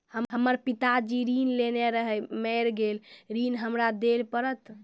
हमर पिताजी ऋण लेने रहे मेर गेल ऋण हमरा देल पड़त?